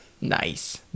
Nice